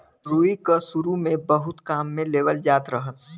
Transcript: रुई क सुरु में बहुत काम में लेवल जात रहल